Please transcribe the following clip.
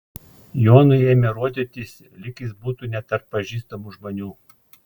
jonui ėmė rodytis lyg jis būtų ne tarp pažįstamų žmonių